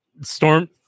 storm